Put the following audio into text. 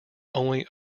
only